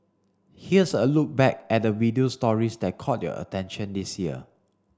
here's a look back at the video stories that caught your attention this year